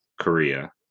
korea